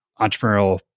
entrepreneurial